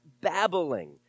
babbling